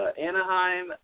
Anaheim